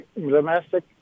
domestic